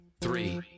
three